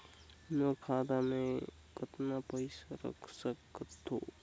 मोर खाता मे मै कतना पइसा रख सख्तो?